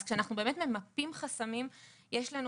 אז כשאנחנו באמת ממפים חסמים יש לנו